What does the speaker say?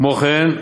כמו כן,